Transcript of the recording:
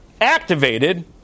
activated